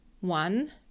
one